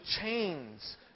chains